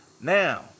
Now